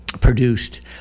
produced